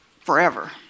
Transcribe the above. forever